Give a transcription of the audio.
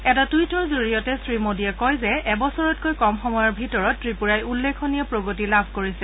এটা টুইটৰ জৰিয়তে শ্ৰীমোডীয়ে কয় যে এবছৰতকৈ কম সময়ৰ ভিতৰত ত্ৰিপুৰাই উল্লেখনীয় প্ৰগতি লাভ কৰিছে